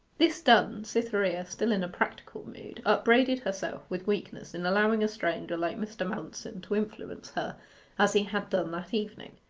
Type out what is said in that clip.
this done, cytherea, still in a practical mood, upbraided herself with weakness in allowing a stranger like mr. manston to influence her as he had done that evening.